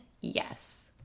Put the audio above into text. yes